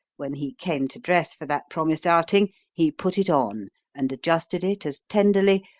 when he came to dress for that promised outing he put it on and adjusted it as tenderly,